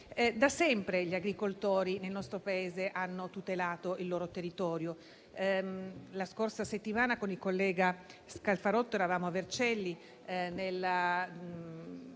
industriale, gli agricoltori del nostro Paese hanno tutelato il loro territorio. La scorsa settimana con il collega Scalfarotto eravamo a Vercelli,